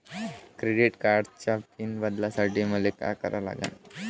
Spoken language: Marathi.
क्रेडिट कार्डाचा पिन बदलासाठी मले का करा लागन?